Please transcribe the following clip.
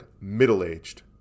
middle-aged